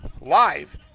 Live